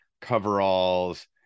coveralls